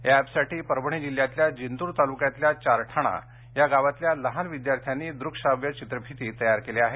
या ऍपसाठी परभणी जिल्ह्यातल्या जिंतूर तालूक्यातल्या चारठाणा या गावातल्या लहान विद्यार्थ्यांनी दृकश्राव्य चित्रफिती तयार केल्या आहेत